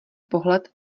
pohled